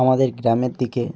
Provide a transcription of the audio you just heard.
আমাদের গ্রামের দিকে